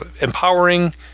empowering